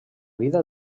vida